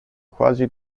quasi